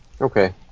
Okay